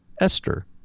Esther